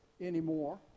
anymore